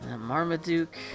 Marmaduke